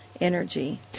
energy